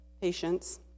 patients